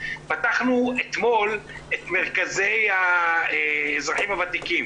פתחנו אתמול את מרכזי האזרחים הוותיקים.